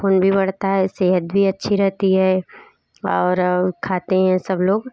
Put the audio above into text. ख़ून भी बढ़ता हैं सेहत भी अच्छी है और खाते है सब लोग